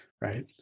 right